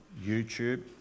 YouTube